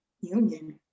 union